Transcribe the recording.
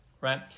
right